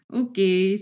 okay